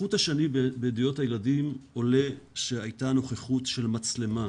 כחוט השני בעדויות הילדים עולה שהייתה נוכחות של מצלמה,